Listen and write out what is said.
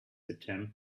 attempt